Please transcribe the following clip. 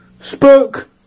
spoke